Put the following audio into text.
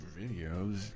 videos